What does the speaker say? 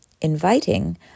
inviting